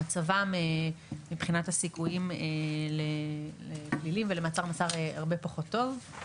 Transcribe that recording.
מצבם מבחינת הסיכויים לפלילים ולמעצר או מאסר הרבה פחות טוב.